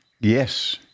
Yes